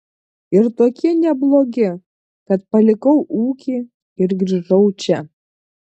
ir tokie neblogi kad palikau ūkį ir grįžau čia